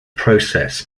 process